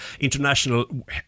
International